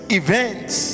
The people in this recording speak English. events